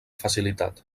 facilitat